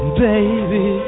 baby